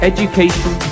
Education